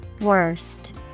Worst